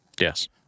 Yes